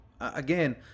again